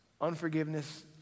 Unforgiveness